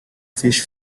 fish